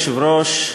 אדוני היושב-ראש,